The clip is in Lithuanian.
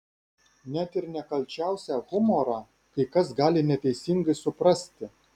net ir nekalčiausią humorą kai kas gali neteisingai suprasti